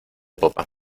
popa